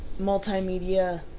multimedia